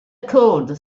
code